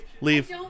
Leave